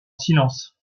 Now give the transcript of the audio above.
silence